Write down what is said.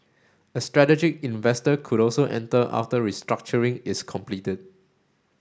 a strategic investor could also enter after restructuring is completed